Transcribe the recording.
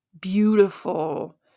beautiful